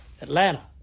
Atlanta